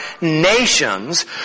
nations